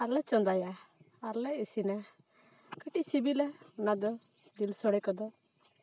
ᱟᱨ ᱞᱮ ᱪᱚᱸᱫᱟᱭᱟ ᱟᱨᱞᱮ ᱤᱥᱤᱱᱟ ᱠᱟᱹᱴᱤᱡ ᱥᱤᱵᱤᱞᱟ ᱚᱱᱟᱫᱚ ᱡᱤᱞ ᱥᱚᱲᱮ ᱠᱚᱫᱚ